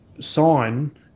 sign